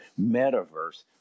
metaverse